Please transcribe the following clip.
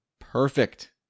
Perfect